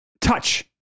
Touch